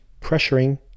pressuring